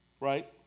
Right